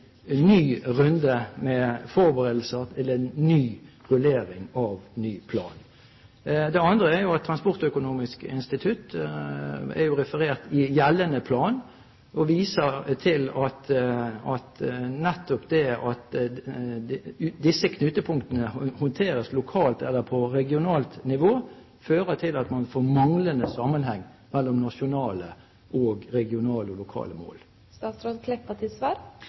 ny runde med forberedelser til en ny rullering av ny plan. Den andre er at Transportøkonomisk institutt, som er referert i gjeldende plan, viser til at nettopp det at disse knutepunktene håndteres lokalt eller på regionalt nivå, fører til at man får manglende sammenheng mellom nasjonale og regionale lokale mål. Til